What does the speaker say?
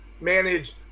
manage